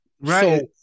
Right